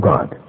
God